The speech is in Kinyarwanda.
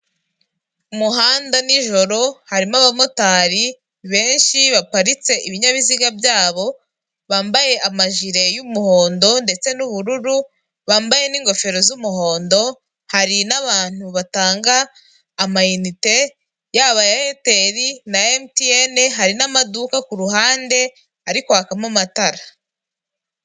Umuhanda nijoro harimo abamotari benshi baparitse ibinyabiziga byabo, bambaye amajire y'umuhondo ndetse n'ubururu bambaye n'ingofero z'umuhondo hari n'abantu batanga amayinite yaba ayaeyateli na emutiyene hari n'amaduka ku ruhande arikwakamo amatara.